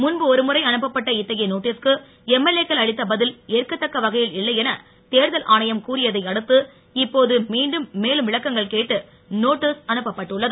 முன்பு ஒருமுறை அனுப்பப்பட்ட இத்தகைய நோட்டீசுக்கு எம்எல்ஏ க்கள் அளித்த பதில் ஏற்கத்தக்க வகையில் இல்லையென தேர்தல் ஆணையம் கூறியதையடுத்து இப்போது மீண்டும் மேலும் விளக்கங்கள் கேட்டு நோட்டீஸ் அனுப்பப்பட்டுள்ளது